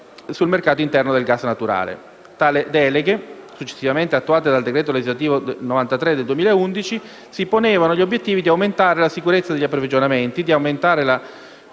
dal decreto legislativo n. 93 del 2011, si ponevano gli obiettivi di aumentare la sicurezza degli approvvigionamenti, di aumentare la